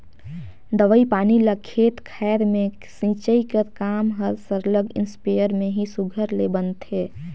दवई पानी ल खेत खाएर में छींचई कर काम हर सरलग इस्पेयर में ही सुग्घर ले बनथे